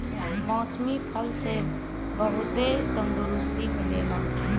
मौसमी फल से बहुते तंदुरुस्ती मिलेला